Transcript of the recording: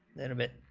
little bit